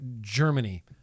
Germany